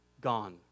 gone